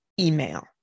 email